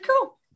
cool